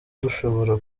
dushobora